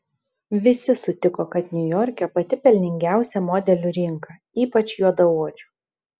visi sutiko kad niujorke pati pelningiausia modelių rinka ypač juodaodžių